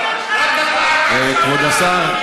כבוד השר,